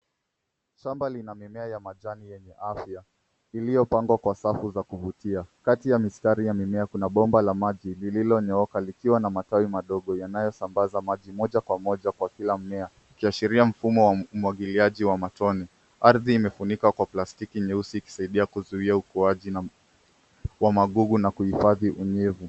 Shamba lina mimea ya majani yenye afya iliyopangwa kwa safu za kuvutia. Kati ya mistari ya mimea kuna bomba la maji lililonyooka likiwa na matawi madogo yanayosambaza maji moja kwa moja kwa kila mmea ikiashiria mfumo wa umwagiliaji wa matone. Ardhi imefunikwa kwa plastiki nyeusi ikisaidia kuzuia ukuaji wa magugu na kuhifadhi unyevu.